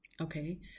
okay